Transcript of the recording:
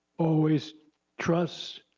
always trusts,